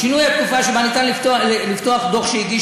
שינוי התקופה שבה אפשר לפתוח דוח שהגיש